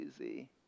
easy